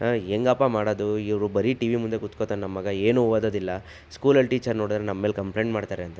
ಹೇಗಪ್ಪಾ ಮಾಡೋದು ಇವರು ಬರೀ ಟಿ ವಿ ಮುಂದೆ ಕುತ್ಕೋತಾನೆ ನಮ್ಮಗ ಏನು ಓದೋದಿಲ್ಲ ಸ್ಕೂಲಲ್ಲಿ ಟೀಚರ್ ನೋಡಿದ್ರೆ ನಮ್ಮೇಲೆ ಕಂಪ್ಲೇಂಟ್ ಮಾಡ್ತಾರೆ ಅಂತೆ